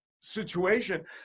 Situation